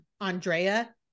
Andrea